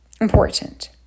important